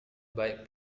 baik